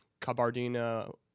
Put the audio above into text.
Kabardina